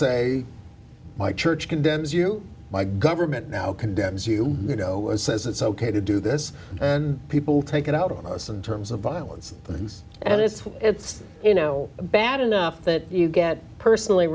say my church condemns you my government now condemns you you know was says it's ok to do this and people take it out on us in terms of violence in the news and it's it's you know bad enough that you get personally